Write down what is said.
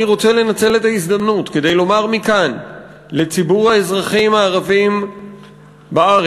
אני רוצה לנצל את ההזדמנות כדי לומר מכאן לציבור האזרחים הערבים בארץ: